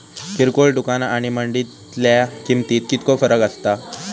किरकोळ दुकाना आणि मंडळीतल्या किमतीत कितको फरक असता?